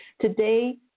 Today